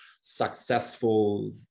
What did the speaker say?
successful